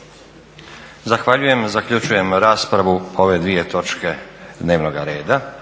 Zahvaljujem. Zaključujem raspravu o ove dvije točke dnevnoga reda.